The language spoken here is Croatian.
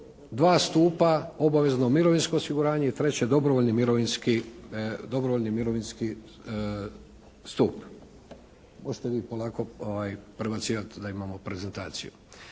dva stupa, obavezno mirovinsko osiguranje i III. dobrovoljni mirovinski stup. Možete vi polako prebacivati da imamo prezentaciju.